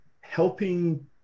helping